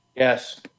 Yes